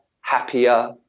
happier